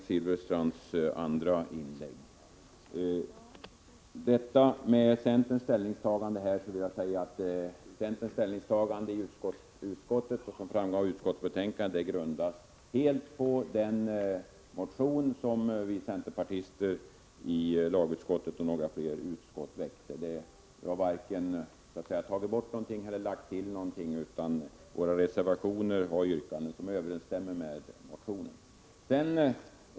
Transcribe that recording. Fru talman! Jag vill något kommentera Bengt Silfverstrands andra inlägg. Centerns ställningstagande i utskottet, som framgår av utskottsbetänkandet, grundas helt på den motion som vi centerpartister i lagutskottet och några flera utskott väckt. Vi har varken tagit bort någonting eller lagt till någonting, utan våra reservationer har yrkanden som översstämmer med motionen.